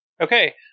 Okay